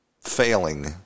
failing